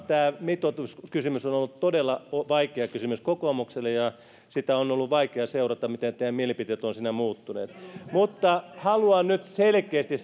tämä mitoituskysymys on on ollut todella vaikea kysymys kokoomukselle ja on ollut vaikea seurata miten teidän mielipiteenne ovat siinä muuttuneet mutta haluan nyt selkeästi